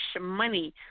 money